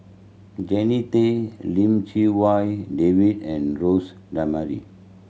Jannie Tay Lim Chee Wai David and Jose D'Almeida